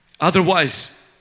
Otherwise